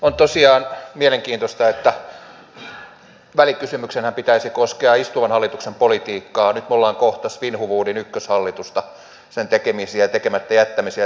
on tosiaan mielenkiintoista että välikysymyksenhän pitäisi koskea istuvan hallituksen politiikkaa nyt me olemme kohta täällä käsittelemässä svinhufvudin ykköshallitusta sen tekemisiä ja tekemättä jättämisiä